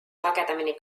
sagedamini